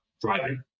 driving